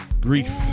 Grief